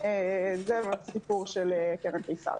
זה הסיפור של קרן קיסריה.